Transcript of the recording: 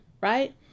right